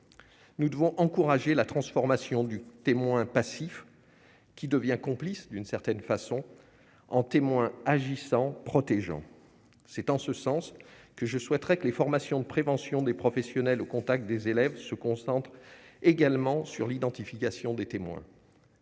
nous devons encourager la transformation du témoin passif qui devient complice d'une certaine façon, en témoin agissant protégeant c'est en ce sens que je souhaiterais que les formations de prévention des professionnels au contact des élèves se concentre également sur l'identification des témoins.